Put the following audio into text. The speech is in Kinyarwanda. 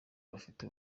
bafite